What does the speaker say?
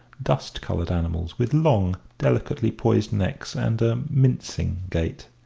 dust-coloured animals, with long, delicately poised necks and a mincing gait.